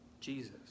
Jesus